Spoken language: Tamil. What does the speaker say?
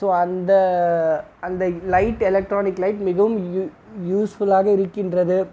ஸோ அந்த அந்த லைட் எலக்ட்ரானிக் லைட் மிகவும் யூ யூஸ்ஃபுல்லாக இருக்கின்றது